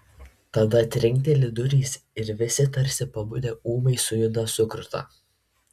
tada trinkteli durys ir visi tarsi pabudę ūmai sujuda sukruta